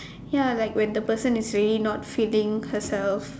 ya like when the person is really not feeling herself